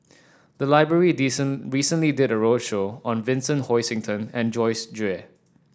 the library recently did a roadshow on Vincent Hoisington and Joyce Jue